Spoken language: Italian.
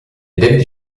david